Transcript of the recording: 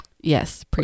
yes